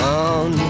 on